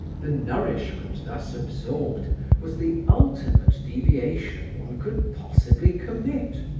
the nourishment thus absorbed was the ultimate deviation one could possibly commit.